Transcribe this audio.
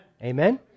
Amen